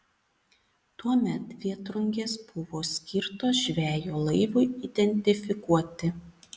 tuomet vėtrungės buvo skirtos žvejo laivui identifikuoti